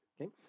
Okay